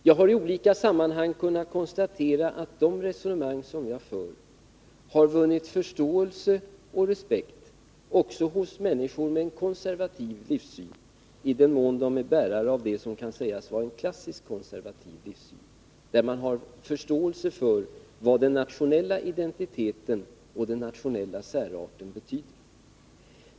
Jag har i olika sammanhang kunnat konstatera att de resonemang som jag för har vunnit förståelse och respekt, också hos människor med en konservativ livssyn, i den mån de är bärare av det som kan sägas vara en klassiskt konservativ livssyn, där man har förståelse för vad den nationella identiteten och den nationella särarten betyder.